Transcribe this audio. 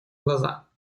глаза